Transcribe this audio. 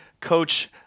Coach